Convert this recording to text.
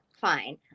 fine